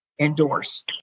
endorse